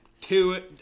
two